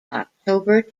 october